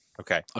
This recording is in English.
Okay